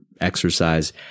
exercise